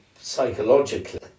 psychologically